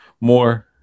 more